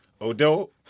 Odell